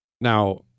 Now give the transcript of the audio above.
Now